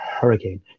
Hurricane